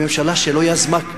לממשלה שלא יזמה,